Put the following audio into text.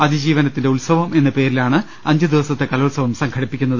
അതിജീവന ത്തിന്റെ ഉത്സവം എന്ന പേരിലാണ് അഞ്ച് ദിവസത്തെ കലോത്സവം സംഘടിപ്പി ക്കുന്നത്